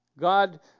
God